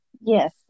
Yes